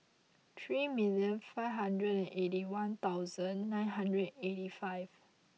three million five hundred and eight one thousand nine hundred eighty five